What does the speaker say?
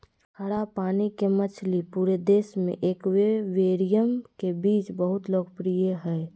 खारा पानी के मछली पूरे देश में एक्वेरियम के बीच बहुत लोकप्रिय हइ